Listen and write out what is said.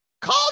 Call